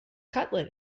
cutlet